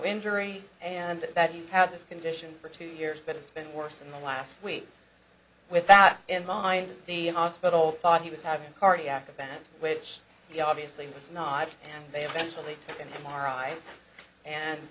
injury and that he had this condition for two years but it's been worse in the last week with that in mind the hospital thought he was having a cardiac event which he obviously was not they eventually taken him our eyes and